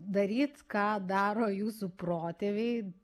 daryt ką daro jūsų protėviai